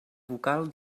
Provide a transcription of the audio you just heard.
vocal